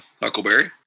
Huckleberry